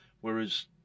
Whereas